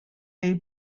jej